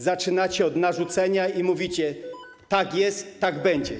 Zaczynacie od narzucenia i mówicie: tak jest, tak będzie.